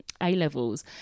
A-levels